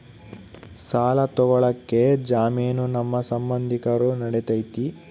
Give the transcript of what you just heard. ಸಾಲ ತೊಗೋಳಕ್ಕೆ ಜಾಮೇನು ನಮ್ಮ ಸಂಬಂಧಿಕರು ನಡಿತೈತಿ?